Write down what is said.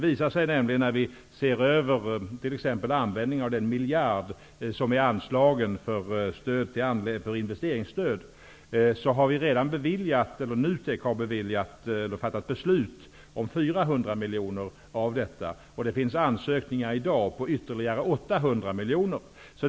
När vi har sett över t.ex. användningen av den miljard som är anslagen för investeringsstöd har det visat sig att NUTEK redan fattat beslut rörande 400 miljoner kronor av detta stöd. Det finns ansökningar i dag på ytterligare 800 miljoner kronor.